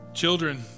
Children